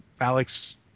Alex